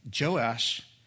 Joash